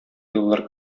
еллар